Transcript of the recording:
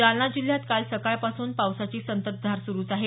जालना जिल्ह्यात काल सकाळपासून पावसाची संततधार सुरूच आहे